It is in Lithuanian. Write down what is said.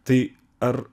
tai ar